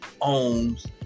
owns